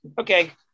Okay